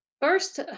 First